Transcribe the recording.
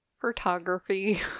Photography